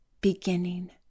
beginning